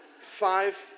five